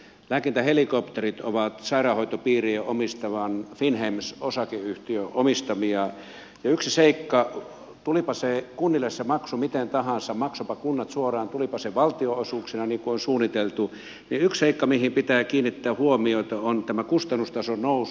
lääkintähelikopterit ovat sairaanhoitopiirien omistaman finnhems osakeyhtiön omistamia ja yksi seikka tulipa se maksu kunnille miten tahansa maksoivatpa kunnat suoraan tulipa se valtionosuuksina niin kuin on suunniteltu mihin pitää kiinnittää huomiota on tämä kustannustason nousu